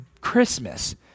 Christmas